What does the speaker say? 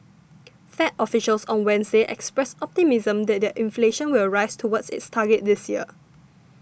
fed officials on Wednesday expressed optimism that inflation will rise toward its target this year